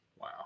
Wow